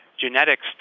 genetics